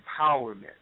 empowerment